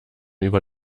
über